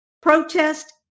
protest